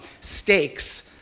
stakes